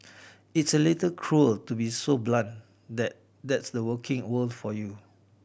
it's a little cruel to be so blunt that that's the working world for you